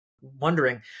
wondering